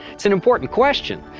it's an important question,